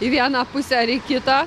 į vieną pusę ar į kitą